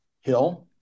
Hill